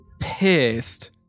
pissed